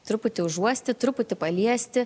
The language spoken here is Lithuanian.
truputį užuosti truputį paliesti